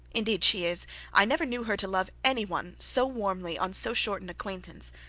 indeed she is i never knew her to love any one so warmly on so short an acquaintance.